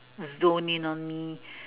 zoom in on me